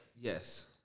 Yes